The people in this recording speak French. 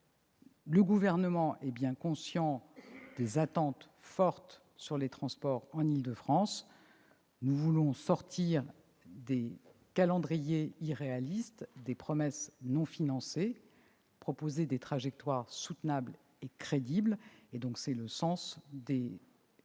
Le Gouvernement est bien conscient des attentes fortes en matière de transport en Île-de-France, mais nous voulons sortir des calendriers irréalistes et des promesses non financées, pour proposer des trajectoires soutenables et crédibles. C'est dans cet